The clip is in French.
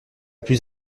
plus